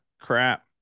crap